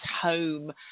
home